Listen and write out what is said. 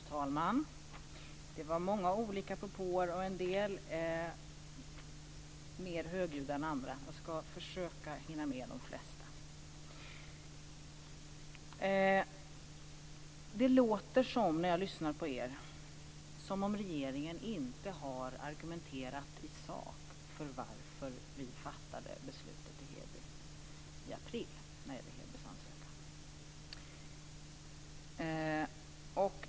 Fru talman! Det var många olika propåer och en del mer högljudda än andra. Jag ska försöka att hinna med att bemöta de flesta. Det låter, när jag lyssnar på er, som om regeringen inte har argumenterat i sak för varför vi fattade beslutet om Hebys ansökan i april.